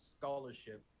scholarship